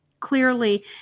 clearly